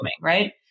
right